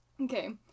Okay